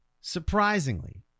Surprisingly